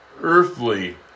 earthly